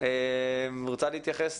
הקבוע היחיד